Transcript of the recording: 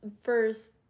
first